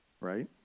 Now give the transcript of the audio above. right